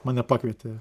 mane pakvietė